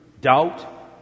doubt